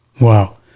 Wow